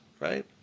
right